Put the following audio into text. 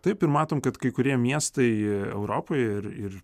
taip ir matom kad kai kurie miestai europoje ir ir